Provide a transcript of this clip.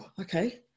okay